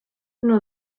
nur